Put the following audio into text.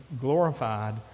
glorified